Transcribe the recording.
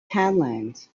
townland